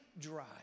dry